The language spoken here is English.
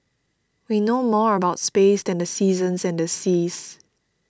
we know more about space than the seasons and the seas